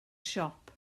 siop